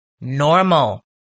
normal